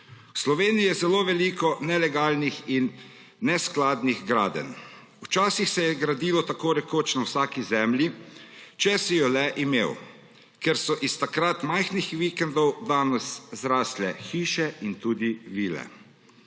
Sloveniji je zelo veliko nelegalnih in neskladnih gradenj. Včasih se je gradilo tako rekoč na vsaki zemlji, če si jo le imel, ker so iz takrat majhnih vikendov danes zrastle hiše in tudi vile.